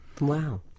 Wow